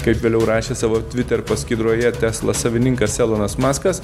kaip vėliau rašė savo tviter paskyroje tesla savininkas elonas maskas